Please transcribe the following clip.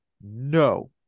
no